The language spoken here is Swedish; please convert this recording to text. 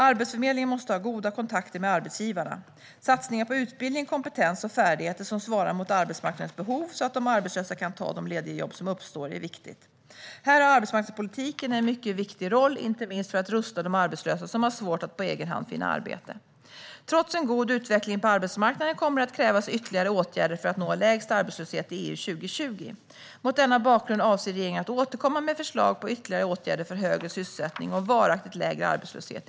Arbetsförmedlingen måste ha goda kontakter med arbetsgivarna. Satsningar på utbildning, kompetens och färdigheter som svarar mot arbetsmarknadens behov, så att de arbetslösa kan ta de lediga jobb som uppstår, är viktigt. Här har arbetsmarknadspolitiken en mycket viktig roll, inte minst för att rusta de arbetslösa som har svårt att på egen hand finna arbete. Trots en god utveckling på arbetsmarknaden kommer det att krävas ytterligare åtgärder för att nå lägst arbetslöshet i EU 2020. Mot denna bakgrund avser regeringen att i kommande budgetpropositioner återkomma med förslag på ytterligare åtgärder för högre sysselsättning och varaktigt lägre arbetslöshet.